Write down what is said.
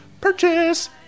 Purchase